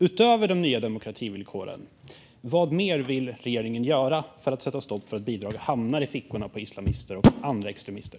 Utöver de nya demokrativillkoren, vad vill regeringen göra för att sätta stopp för att bidrag hamnar i fickorna på islamister och andra extremister?